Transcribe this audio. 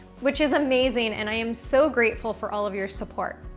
which is amazing and i am so grateful for all of your support.